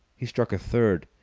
he struck a third,